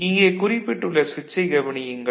இங்கே குறிப்பிட்டுள்ள சுவிட்சைக் கவனியுங்கள்